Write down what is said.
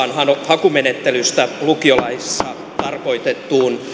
hakumenettelystä lukiolaissa tarkoitettuun